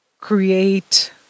create